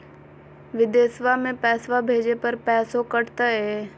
बिदेशवा मे पैसवा भेजे पर पैसों कट तय?